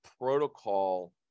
protocol